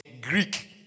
Greek